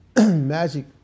Magic